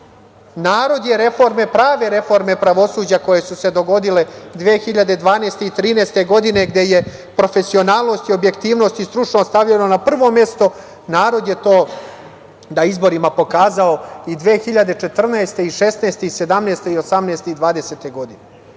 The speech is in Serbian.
izborima. Narod je prave reforme pravosuđa koje su se dogodine 2012. i 2013. godine, gde je profesionalnost, objektivnost i stručnost stavljena na prvo mesto, na izborima pokazao i 2014, i 2016, i 2107, 2018. i 2020. godine